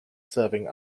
serving